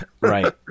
Right